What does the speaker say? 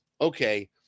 okay